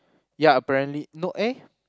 ya apparently no eh